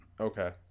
Okay